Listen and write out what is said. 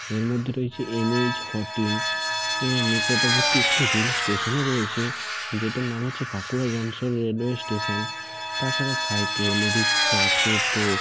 এর মধ্যে রয়েছে এন এইচ ফরটিন নিকটবর্তী একটি রেলস্টেশনও রয়েছে যেটার নাম হচ্ছে বাঁকুড়া জংশন রেলওয়ে স্টেশান তাছাড়া সাইকেল রিক্সা টোটো